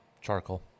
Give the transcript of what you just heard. Charcoal